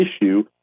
issue